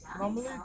Normally